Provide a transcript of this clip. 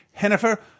Jennifer